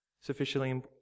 Sufficiently